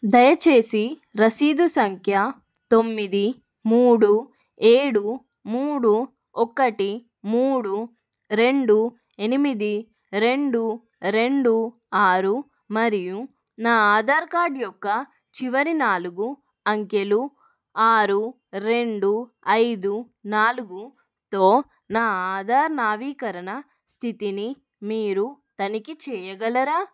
దయచేసి రసీదు సంఖ్య తొమ్మిది మూడు ఏడు మూడు ఒకటి మూడు రెండు ఎనిమిది రెండు రెండు ఆరు మరియు నా ఆధార్ కార్డ్ యొక్క చివరి నాలుగు అంకెలు ఆరు రెండు ఐదు నాలుగుతో నా ఆధార్ నవీకరణ స్థితిని మీరు తనిఖీ చేయగలరా